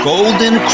Golden